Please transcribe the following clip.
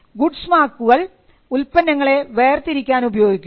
goods മാർക്കുകൾ ഉൽപ്പന്നങ്ങളെ വേർതിരിക്കാൻ ഉപയോഗിക്കുന്നു